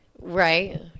Right